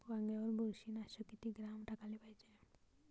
वांग्यावर बुरशी नाशक किती ग्राम टाकाले पायजे?